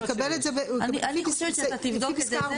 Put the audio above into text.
הוא יקבל את זה לפי פסקה 4. אני חושבת שאתה תבדוק את זה.